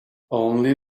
only